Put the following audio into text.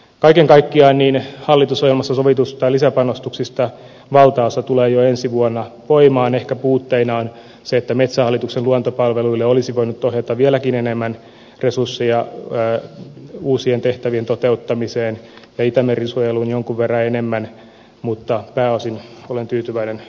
kaiken kaikkiaan hallitusohjelmassa sovituista lisäpanostuksista valtaosa tulee jo ensi vuonna voimaan ehkä puutteinaan se että metsähallituksen luontopalveluille olisi voinut ohjata vieläkin enemmän resursseja uusien tehtävien toteuttamiseen ja itämeren suojeluun jonkun verran enemmän mutta pääosin olen tyytyväinen budjettiesitykseen